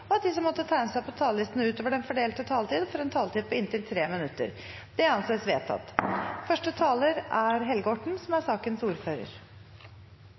og at de som måtte tegne seg på talerlisten utover den fordelte taletid, får en taletid på inntil 3 minutter. – Det anses vedtatt.